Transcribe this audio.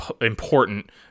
important